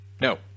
no